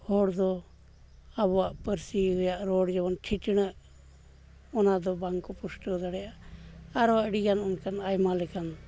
ᱦᱚᱲ ᱫᱚ ᱟᱵᱚᱣᱟᱜ ᱯᱟᱹᱨᱥᱤ ᱨᱮᱭᱟᱜ ᱨᱚᱲ ᱡᱮᱢᱚᱱ ᱴᱷᱤᱴᱬᱟᱹᱜ ᱚᱱᱟ ᱫᱚ ᱵᱟᱝᱠᱚ ᱯᱩᱥᱴᱟᱹᱣ ᱫᱟᱲᱮᱭᱟᱜᱼᱟ ᱟᱨᱚ ᱟᱹᱰᱤᱜᱟᱱ ᱚᱱᱠᱟᱱ ᱟᱭᱢᱟ ᱞᱮᱠᱟᱱ